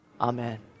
Amen